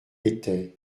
étaient